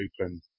open